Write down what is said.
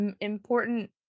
important